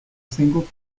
single